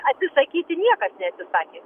atsisakyti niekas neatsisakė